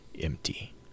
empty